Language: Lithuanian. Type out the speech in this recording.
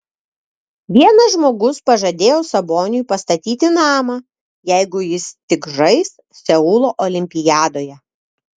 vienas žmogus pažadėjo saboniui pastatyti namą jeigu jis tik žais seulo olimpiadoje